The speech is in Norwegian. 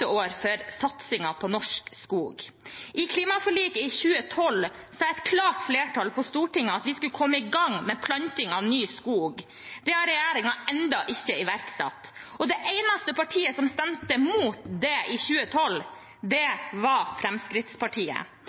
vi skulle komme i gang med planting av ny skog. Det har regjeringen ennå ikke iverksatt. Det eneste partiet som stemte imot det i 2012, var Fremskrittspartiet. Det er litt merkelig at Fremskrittspartiet